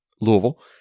Louisville